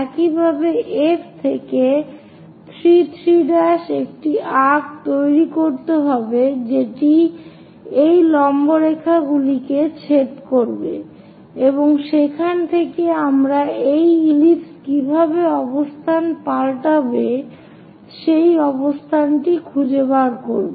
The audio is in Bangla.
একইভাবে F থেকে 3 3' একটি আর্ক্ তৈরি করতে হবে জেটি এই লম্বরেখাগুলিকে ছেদ করবে এবং সেখান থেকে আমরা এই ইলিপস কীভাবে অবস্থান পাল্টাবে সেই অবস্থানটি খুঁজে বার করব